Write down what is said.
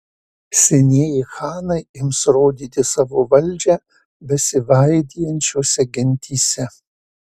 senieji chanai ims rodyti savo valdžią besivaidijančiose gentyse